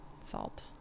salt